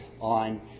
on